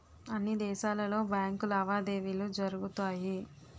అన్ని దేశాలలో బ్యాంకు లావాదేవీలు జరుగుతాయి